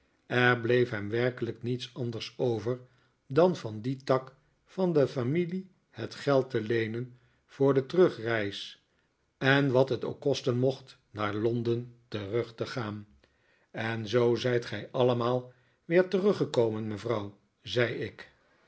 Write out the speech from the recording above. er bleef hem werkelijk niets anders over dan van dien tak van de familie het geld te leenen voor de terugreis en wat het ook kosten mocht naar londen terug te gaan en zoo zijt gij allemaal weer teruggekomen mevrouw zei ik